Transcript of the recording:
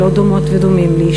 לא דומות ודומים לי,